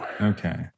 Okay